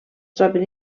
troben